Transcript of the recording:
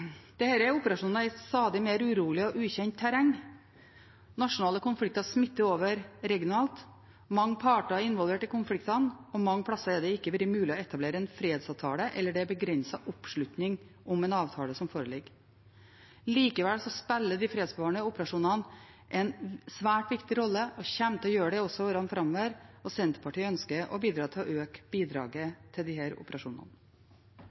er operasjoner i stadig mer urolig og ukjent terreng, nasjonale konflikter smitter over regionalt, mange parter er involvert i konfliktene, og mange steder har det ikke vært mulig å etablere en fredsavtale, eller det er begrenset oppslutning om en avtale som foreligger. Likevel spiller de fredsbevarende operasjonene en svært viktig rolle og kommer også til å gjøre det i årene framover. Senterpartiet ønsker å bidra til å øke bidraget til disse operasjonene.